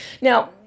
Now